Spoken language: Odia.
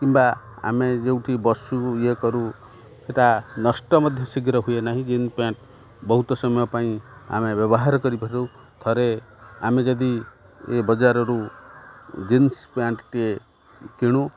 କିମ୍ବା ଆମେ ଯେଉଁଠି ବସୁ ଇଏ କରୁ ସେଇଟା ନଷ୍ଟ ମଧ୍ୟ ଶୀଘ୍ର ହୁଏ ନାହିଁ ଜିନ୍ ପ୍ୟାଣ୍ଟ୍ ବହୁତ ସମୟ ପାଇଁ ଆମେ ବ୍ୟବହାର କରିପାରୁ ଥରେ ଆମେ ଯଦି ଏ ବଜାରରୁ ଜିନ୍ସ ପ୍ୟାଣ୍ଟ୍ଟିଏ କିଣୁ